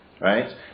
Right